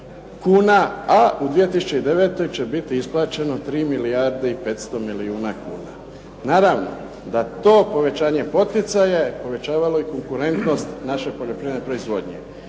kuna a u 2009. će biti isplaćeno 3 milijarde i 500 milijuna kuna. Naravno da to povećanje poticaja je povećavalo i konkurentnost naše poljoprivredne proizvodnje.